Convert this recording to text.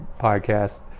podcast